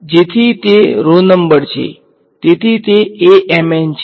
જેથી તે row number છે તેથી તે છે